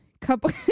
couple